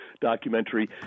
documentary